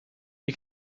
you